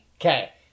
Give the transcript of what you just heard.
Okay